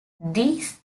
these